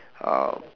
um